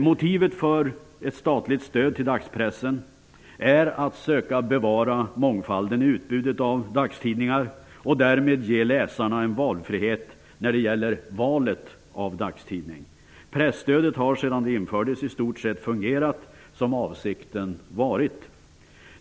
Motivet för ett statligt stöd till dagspressen är att söka bevara mångfalden i utbudet av dagstidningar och därmed ge läsarna en valfrihet när det gäller valet av dagstidning. Sedan presstödet infördes har det i stort sett fungerat som avsikten har varit.